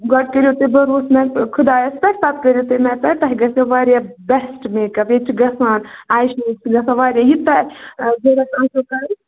گۄڈٕ کٔرِو تُہۍ بَروسہٕ مےٚ خُدایس پٮ۪ٹھ پتہٕ کٔرِو تُہۍ مےٚ پٮ۪ٹھ تۅہہِ گَژھوٕ واریاہ بیٚسٹہٕ میک اَپ ییٚتہِ چھُ گژھان آے شیڈ چھِ گژھان واریاہ یہِ تۅہہِ ضروٗرت آسٮ۪و کرُن